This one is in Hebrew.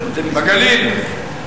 בגליל.